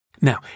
Now